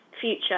future